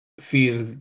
feel